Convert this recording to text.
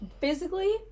physically